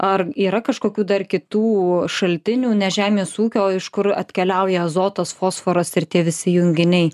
ar yra kažkokių dar kitų šaltinių ne žemės ūkio iš kur atkeliauja azotas fosforas ir tie visi junginiai